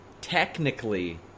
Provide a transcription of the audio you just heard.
technically